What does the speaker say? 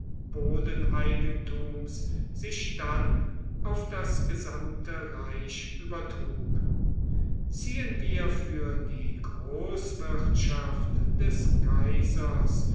bodeneigentums sich dann auf das gesamte reich übertrug ziehen wir für die großwirtschaft der kaiserzeit